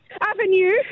Avenue